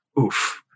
oof